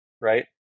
right